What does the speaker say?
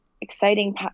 exciting